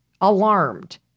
alarmed